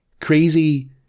crazy